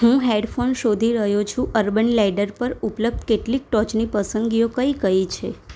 હું હેડફોન શોધી રહ્યો છું અર્બન લેડર પર ઉપલબ્ધ કેટલીક ટોચની પસંદગીઓ કઈ કઈ છે